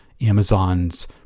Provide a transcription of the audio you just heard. Amazon's